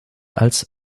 als